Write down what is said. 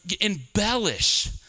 embellish